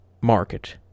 market